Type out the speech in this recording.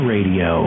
Radio